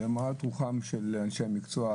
ולמורת רוחם של אנשי המקצוע,